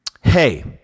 hey